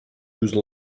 whose